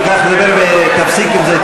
תדבר ותפסיק עם זה,